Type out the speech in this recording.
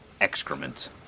excrement